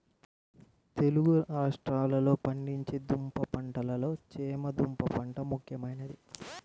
తెలుగు రాష్ట్రాలలో పండించే దుంప పంటలలో చేమ దుంప పంట ముఖ్యమైనది